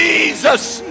Jesus